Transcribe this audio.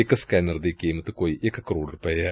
ਇਕ ਸਕੈਨਰ ਦੀ ਕੀਮਤ ਕੋਈ ਇਕ ਕਰੋੜ ਰੁਪਏ ਐ